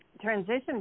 transition